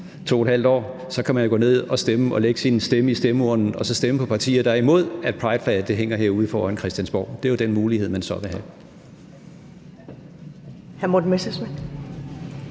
jo, næste gang der er valg, om 2½ år, gå til stemmeurnerne og stemme på partier, der er imod, at prideflaget hænger herude foran Christiansborg. Det er jo den mulighed, man så vil have.